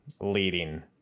leading